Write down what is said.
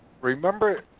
remember